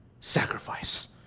sacrifice